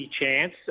chance